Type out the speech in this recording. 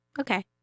Okay